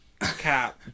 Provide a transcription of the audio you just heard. Cap